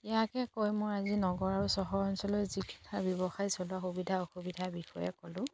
ইয়াকে কৈ মই আজি নগৰ আৰু চহৰ অঞ্চলৰ ব্যৱসায় চলোৱাৰ সুবিধা অসুবিধাৰ বিষয়ে ক'লোঁ